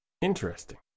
Interesting